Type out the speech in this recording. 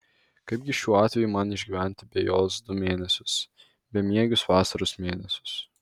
kaipgi šiuo atveju man išgyventi be jos du mėnesius bemiegius vasaros mėnesius